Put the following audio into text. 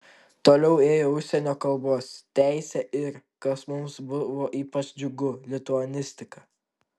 toliau ėjo užsienio kalbos teisė ir kas mums buvo ypač džiugu lituanistika